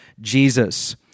Jesus